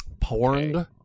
Porn